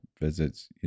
visits